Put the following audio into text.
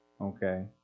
Okay